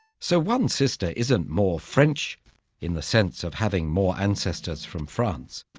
so one sister isn't more french in the sense of having more ancestors from france.